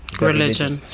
religion